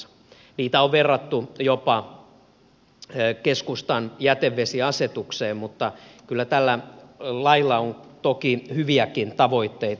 niitä on verrattu jopa keskustan jätevesiasetukseen mutta kyllä tällä lailla on toki hyviäkin tavoitteita